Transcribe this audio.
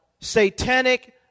satanic